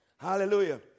Hallelujah